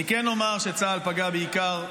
אני כן אומר שצה"ל פגע בעיקר,